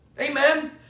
Amen